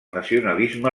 nacionalisme